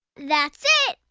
that's it.